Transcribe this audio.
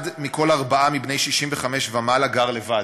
אחד מכל ארבעה מבני 65 ומעלה גר לבד,